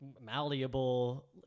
malleable